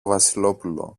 βασιλόπουλο